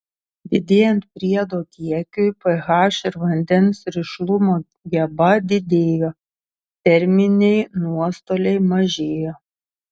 didėjant priedo kiekiui ph ir vandens rišlumo geba didėjo terminiai nuostoliai mažėjo